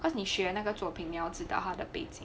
cause 你学那个作品你要知道他的背景